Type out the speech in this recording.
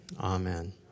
amen